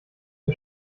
den